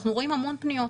אנחנו רואים המון פניות.